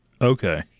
Okay